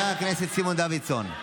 ביזיון.